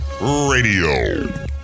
radio